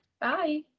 Bye